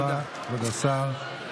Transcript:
תודה רבה, כבוד השר.